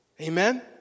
Amen